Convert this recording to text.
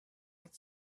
not